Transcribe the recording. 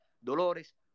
dolores